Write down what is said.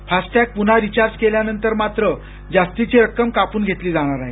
FASTag पून्हा recharge केल्यानंतर मात्र जास्तीची रक्कम कापून घेतली जाणार आहे